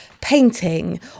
painting